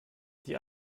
die